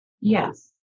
Yes